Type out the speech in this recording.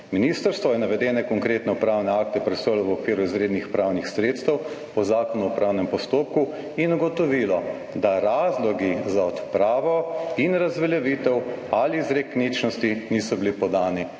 Ministrstvo je navedene konkretne upravne akte presojalo v okviru izrednih pravnih sredstev po zakonu o upravnem postopku in ugotovilo, da razlogi za odpravo in razveljavitev ali izrek ničnosti niso bili podani.